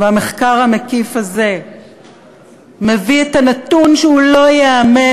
והמחקר המקיף הזה מביא את הנתון שהוא לא ייאמן.